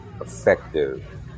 effective